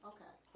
Okay